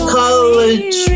college